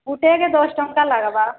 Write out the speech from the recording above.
ଗୁଟେ ହେକେ ଦଶ ଟଙ୍କା ଲାଗବା